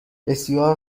بسیار